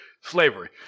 Slavery